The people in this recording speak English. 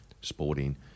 sporting